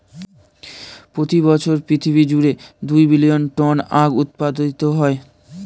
প্রতি বছর পৃথিবী জুড়ে দুই বিলিয়ন টন আখ উৎপাদিত হয়